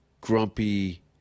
grumpy